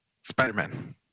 Spider-Man